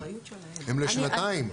הם לשנתיים.